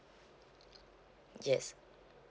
yes